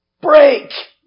break